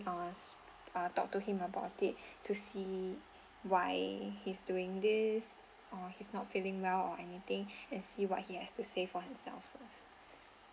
uh s~ uh talk to him about it to see why he's doing this or he's not feeling well or anything and see what he has to say for himself him